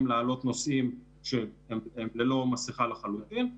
להעלות נוסעים שהם ללא מסכה לחלוטין.